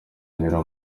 anyura